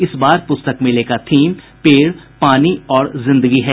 इस बार पुस्तक मेले का थीम पेड़ पानी और जिंदगी है